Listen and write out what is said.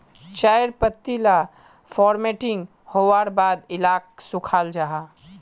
चायर पत्ती ला फोर्मटिंग होवार बाद इलाक सुखाल जाहा